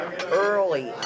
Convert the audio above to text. Early